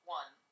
one